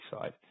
side